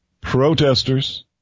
protesters